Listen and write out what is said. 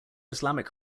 islamic